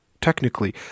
technically